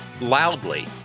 loudly